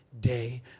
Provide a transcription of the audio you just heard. day